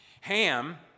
ham